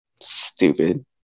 Stupid